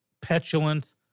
petulant